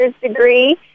degree